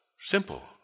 simple